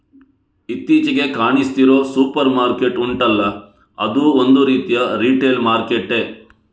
ಇತ್ತೀಚಿಗೆ ಕಾಣಿಸ್ತಿರೋ supermarket ಉಂಟಲ್ಲ ಅದೂ ಒಂದು ರೀತಿಯ ರಿಟೇಲ್ ಮಾರ್ಕೆಟ್ಟೇ